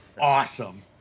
awesome